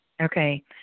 Okay